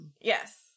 Yes